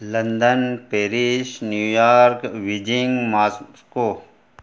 London Paris New York Beijing Moscow